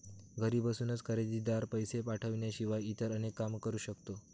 घरी बसूनच खरेदीदार, पैसे पाठवण्याशिवाय इतर अनेक काम करू शकतो